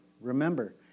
Remember